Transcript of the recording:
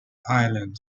island